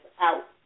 out